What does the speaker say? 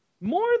more